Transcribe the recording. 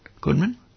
Goodman